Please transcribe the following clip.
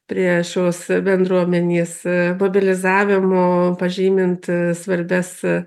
prie šios bendruomenės mobilizavimo pažymint svarbias